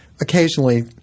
occasionally